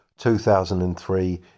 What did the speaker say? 2003